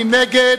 מי נגד?